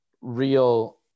real